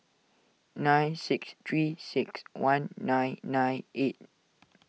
nine six three six one nine nine eight